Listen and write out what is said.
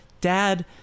Dad